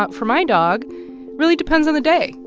but for my dog really depends on the day,